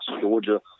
Georgia –